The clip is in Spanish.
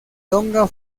tonga